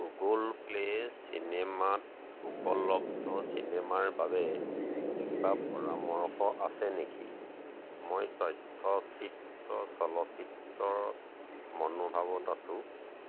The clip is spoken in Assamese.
গুগুল প্লে' চিনেমাত উপলব্ধ চিনেমাৰ বাবে কিবা পৰামৰ্শ আছে নেকি মই তথ্যচিত্ৰ চলচ্চিত্ৰৰ মনোভাৱত আছোঁ